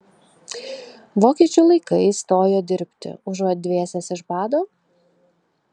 vokiečių laikais stojo dirbti užuot dvėsęs iš bado